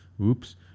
oops